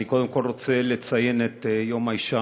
אני קודם כול רוצה לציין את יום האישה